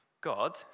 God